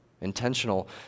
intentional